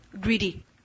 greedy